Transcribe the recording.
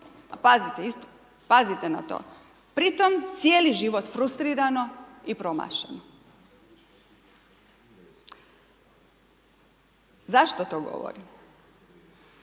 pazite na to, pritom cijeli život frustrirano i promašeno. Zašto to govorim?